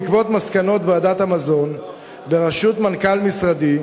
בעקבות מסקנות ועדת המזון בראשות מנכ"ל משרדי,